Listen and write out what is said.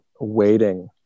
waiting